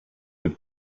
have